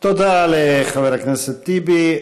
תודה לחבר הכנסת טיבי.